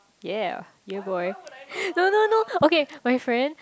ya ya boy no no no okay my friend